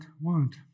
want